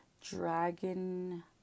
dragon